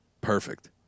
Perfect